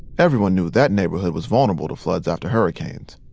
everyone knew that neighborhood was vulnerable to floods after hurricanes.